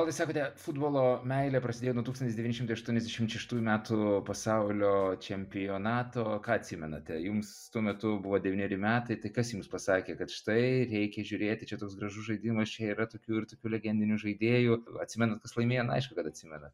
valdai sakote futbolo meilė prasidėjo nuo tūkstantis devyni šimtai aštuoniasdešim šeštųjų metų pasaulio čempionato ką atsimenate jums tuo metu buvo devyneri metai tai kas jums pasakė kad štai reikia žiūrėti čia toks gražus žaidimas čia yra tokių ir tokių legendinių žaidėjų atsimenat kas laimėjo na aišku kad atsimenat